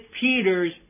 Peter's